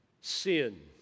sin